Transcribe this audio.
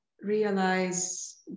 realize